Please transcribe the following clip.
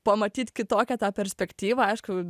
pamatyt kitokią tą perspektyvą aišku